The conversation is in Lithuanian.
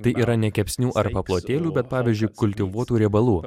tai yra ne kepsnių ar paplotėlių bet pavyzdžiui kultivuotų riebalų